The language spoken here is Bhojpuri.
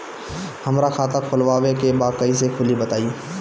हमरा खाता खोलवावे के बा कइसे खुली बताईं?